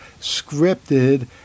scripted